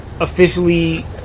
officially